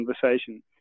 conversation